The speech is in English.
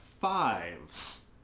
fives